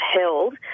held